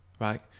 right